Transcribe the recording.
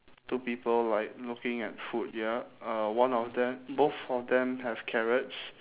two people like looking at food ya uh one of them both of them have carrots